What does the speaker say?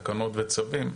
תקנות וצווים.